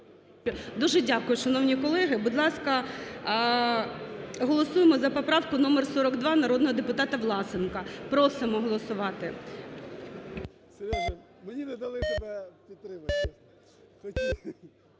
Дуже дякую, шановні колеги. Будь ласка, голосуємо за поправку номер 42 народного депутата Власенка. Просимо голосувати.